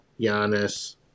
Giannis